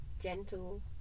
gentle